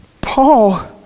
Paul